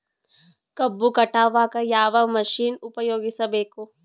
ಕಬ್ಬು ಕಟಾವಗ ಯಾವ ಮಷಿನ್ ಉಪಯೋಗಿಸಬೇಕು?